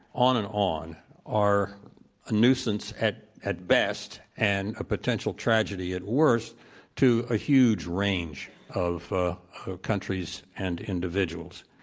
on and on are a nuisance at at best and a potential tragedy at worst to a huge range of countries and individuals.